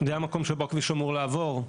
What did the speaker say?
זה המקום שבו הכביש אמור לעבור,